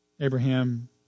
Abraham